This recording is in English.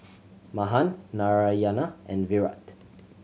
Mahan Narayana and Virat